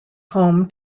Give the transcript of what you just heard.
home